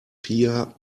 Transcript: pia